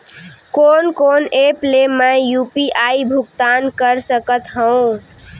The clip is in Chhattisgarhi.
कोन कोन एप ले मैं यू.पी.आई भुगतान कर सकत हओं?